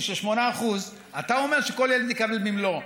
של 8%. אתה אומר שכל ילד מקבל במלואו.